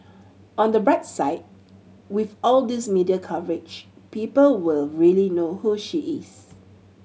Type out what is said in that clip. on the bright side with all these media coverage people will really know who she is